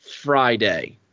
Friday